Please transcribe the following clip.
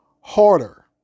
Harder